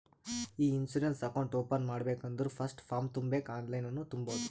E insurance account open ಮಾಡ್ಬೇಕ ಅಂದುರ್ first form ತುಂಬಬೇಕ್ ಆನ್ಲೈನನ್ನು ತುಂಬೋದು